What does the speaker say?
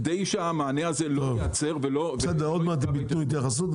כדי שהמענה הזה לא ייעצר --- בסדר עוד מעט הם יתנו התייחסות,